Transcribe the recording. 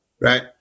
Right